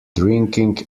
drinking